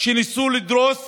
שניסו לדרוס